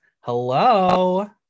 Hello